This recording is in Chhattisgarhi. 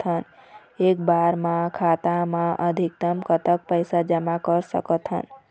एक बार मा खाता मा अधिकतम कतक पैसा जमा कर सकथन?